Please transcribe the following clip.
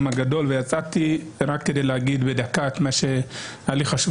הגדול ויצאתי רק כדי לומר בדקה את מה שהיה לי חשוב